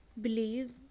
believe